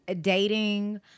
dating